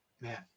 man